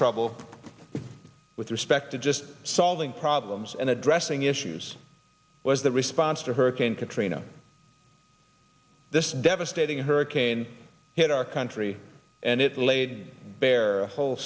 trouble with respect to just solving problems and addressing issues was the response to hurricane katrina this devastating hurricane hit our country and it laid bare hole